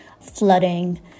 flooding